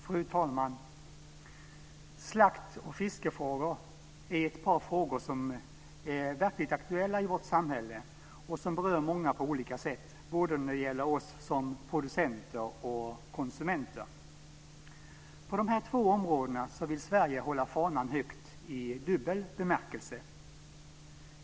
Fru talman! Slakt och fiskefrågor är ett par frågor som är verkligt aktuella i vårt samhälle och som berör många på olika sätt. Det gäller både oss som producenter och konsumenter. På dessa två områden vill Sverige hålla fanan högt i dubbel bemärkelse.